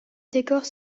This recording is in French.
décors